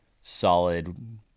solid